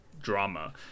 drama